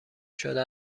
شده